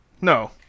No